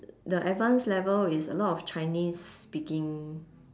the advanced level is a lot of chinese speaking